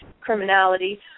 criminality